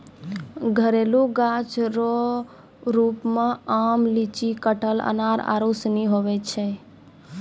घरेलू गाछ रो रुप मे आम, लीची, कटहल, अनार आरू सनी हुवै छै